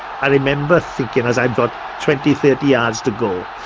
i remember thinking as i'd got twenty, thirty yards to go, oh,